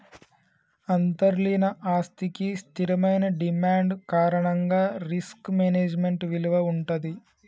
అంతర్లీన ఆస్తికి స్థిరమైన డిమాండ్ కారణంగా రిస్క్ మేనేజ్మెంట్ విలువ వుంటది